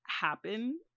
happen